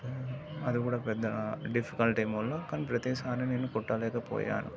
అది కూడా పెద్ద డిఫికల్ట్ టీమ్ వల్ల కానీ ప్రతిసారి నేను కొట్టలేకపోయాను